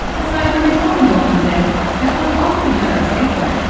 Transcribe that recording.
aside from his own indulgences, depp was also a generous gifter.